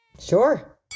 Sure